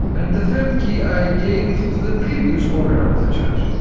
and the third key i gave to the previous owner of the church.